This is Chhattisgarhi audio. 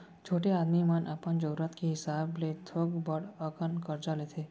छोटे आदमी मन अपन जरूरत के हिसाब ले थोक बड़ अकन करजा लेथें